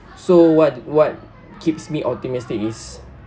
so what what keeps me optimistic is